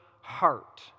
heart